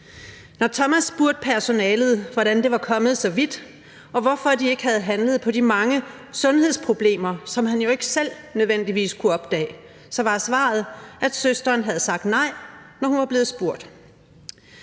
Når Thomas spurgte personalet, hvordan det var kommet så vidt, og hvorfor de ikke havde handlet på de mange sundhedsproblemer, som han jo ikke selv nødvendigvis kunne opdage, var svaret, at søsteren havde sagt nej, når hun var blevet spurgt.